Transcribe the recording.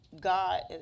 God